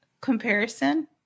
comparison